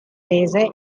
mese